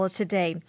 today